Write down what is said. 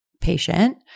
patient